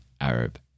Arab